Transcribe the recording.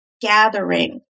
gathering